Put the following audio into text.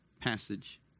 passage